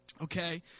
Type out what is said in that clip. Okay